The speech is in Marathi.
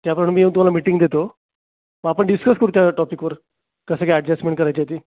त्या मी येऊन तुम्हला मीटिंग देतो मग आपण डिस्कस करू त्या टॉपिकवर कसे काय अडजस्टमेन्ट करायची आहे ती